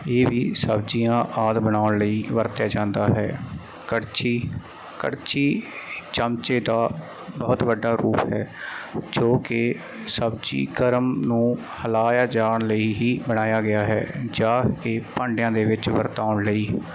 ਇਹ ਵੀ ਸਬਜ਼ੀਆਂ ਆਦਿ ਬਣਾਉਣ ਲਈ ਵਰਤਿਆ ਜਾਂਦਾ ਹੈ ਕੜਛੀ ਕੜਛੀ ਚਮਚੇ ਦਾ ਬਹੁਤ ਵੱਡਾ ਰੂਪ ਹੈ ਜੋ ਕਿ ਸਬਜੀ ਗਰਮ ਨੂੰ ਹਿਲਾਇਆ ਜਾਣ ਲਈ ਹੀ ਬਣਾਇਆ ਗਿਆ ਹੈ ਜਾਂ ਕਿ ਭਾਂਡਿਆਂ ਦੇ ਵਿੱਚ ਵਰਤਾਉਣ ਲਈ